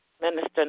Minister